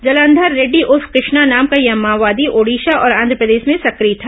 जलांधर रेड्डी उर्फ कृष्णा नाम का यह माओवादी ओड़िशा और आंधप्रदेश में सक्रिय था